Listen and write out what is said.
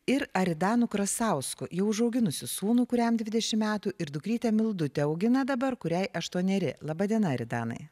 ir aridanu krasausku jau užauginusiu sūnų kuriam dvidešimt metų ir dukrytę mildutę augina dabar kuriai aštuoneri laba diena ir aridanai